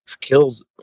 kills